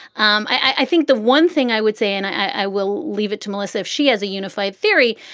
um i think the one thing i would say and i will leave it to melissa, if she has a unified theory,